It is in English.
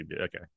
Okay